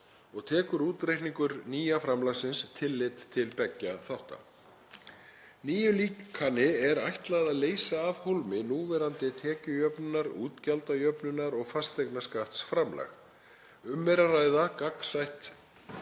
og tekur útreikningur nýja framlagsins tillit til beggja þátta. Nýju líkani er ætlað að leysa af hólmi núverandi tekjujöfnunar-, útgjaldajöfnunar- og fasteignaskattsframlag. Um er að ræða gagnsætt